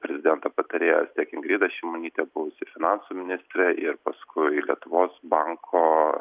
prezidento patarėjas tiek ingrida šimonytė buvusi finansų ministrė ir paskui lietuvos banko